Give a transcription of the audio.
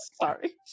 Sorry